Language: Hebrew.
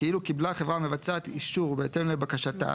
כאילו קיבלה החברה המבצעת אישור בהתאם לבקשתה